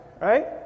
right